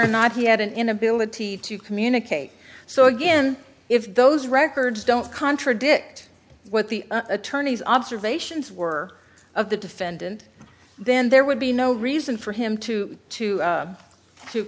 or not he had an inability to communicate so again if those records don't contradict what the attorneys observations were of the defendant then there would be no reason for him to to